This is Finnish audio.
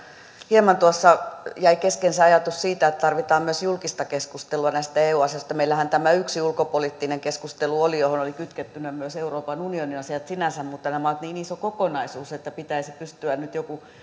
hieman tuossa jäi kesken ajatus siitä että tarvitaan myös julkista keskustelua näistä eu asioista meillähän oli tämä yksi ulkopoliittinen keskustelu johon olivat kytkettynä myös euroopan unionin asiat sinänsä mutta nämä ovat niin iso kokonaisuus että pitäisi pystyä nyt joku